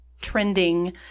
trending